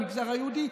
המגזר היהודי,